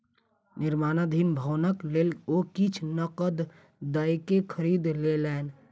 निर्माणाधीन भवनक लेल ओ किछ नकद दयके खरीद लेलैन